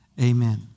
Amen